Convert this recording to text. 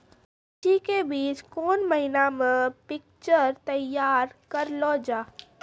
मिर्ची के बीज कौन महीना मे पिक्चर तैयार करऽ लो जा?